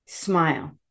Smile